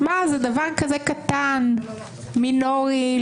האיש והקמפיין יושב ממש מולי כאן, יתחיל לחייך.